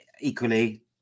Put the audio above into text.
equally